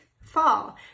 fall